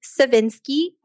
Savinsky